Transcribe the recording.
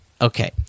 Okay